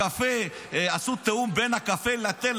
אם עשו תיאום בין הקפה לתה,